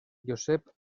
joseph